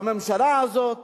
והממשלה הזאת